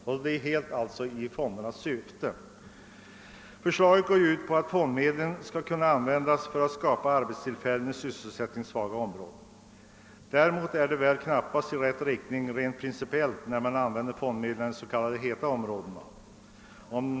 Förslaget står alltså helt i överensstämmelse med syftet för fonderna. Förslaget går ut på att fondmedlen skall kunna användas för att skapa arbetstillfällen i sysselsättningssvaga områden. Däremot är det väl knappast principiellt riktigt att använda fondmedlen i de s.k. heta områdena.